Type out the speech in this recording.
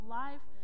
life